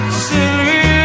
silly